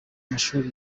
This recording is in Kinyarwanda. mashuri